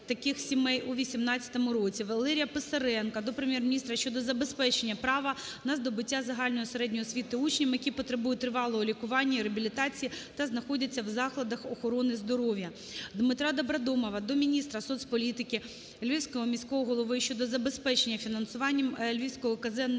Дмитра Добродомова до міністра соцполітики, Львівського міського голови щодо забезпечення фінансуванням Львівського казенного